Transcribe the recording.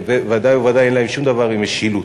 וודאי וודאי אין להם שום דבר עם משילות.